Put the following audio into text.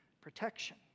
protection